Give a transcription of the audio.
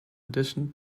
addition